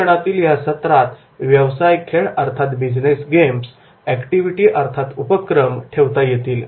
प्रशिक्षणातील या सत्रात बिजनेस गेम्स व्यवसाय खेळ उपक्रम activity ऍक्टिव्हिटी ठेवता येतील